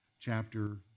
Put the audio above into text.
chapter